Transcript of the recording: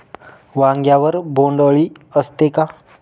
वांग्यावर बोंडअळी असते का?